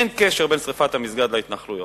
אין קשר בין שרפת המסגד להתנחלויות.